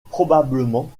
probablement